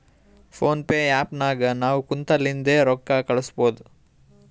phone pay app ನಾಗ್ ನಾವ್ ಕುಂತಲ್ಲಿಂದೆ ರೊಕ್ಕಾ ಕಳುಸ್ಬೋದು